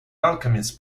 alchemist